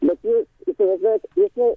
bet jis įsivaizduojat